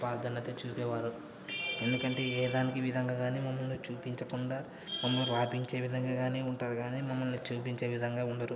ప్రార్థనత చూపేవారు ఎందుకంటే ఏ దానికి విధంగా కానీ మమ్మల్ని చూపించకుండా మమ్మల్ని రాపించే విధంగా కానీ ఉంటారు కానీ మమ్మల్ని చూపించే విధంగా ఉండరు